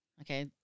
okay